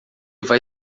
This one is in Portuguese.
vai